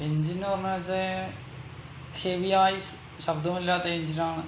engine എന്ന് പറഞ്ഞാച്ചാൽ ഹെവിയായി ശബ്ദമില്ലാത്ത എൻജിനാണ്